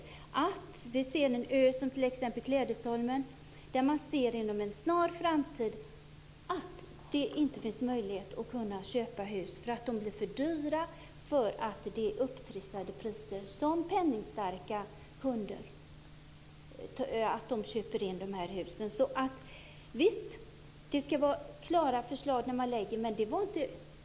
Vi ser t.ex. i fråga om en ö som Klädesholmen att det inom en snar framtid inte kommer att finnas möjlighet att köpa hus. Husen blir för dyra på grund av de upptrissade priser som penningstarka kunder köper in husen för. Visst ska det vara klara förslag som man lägger fram.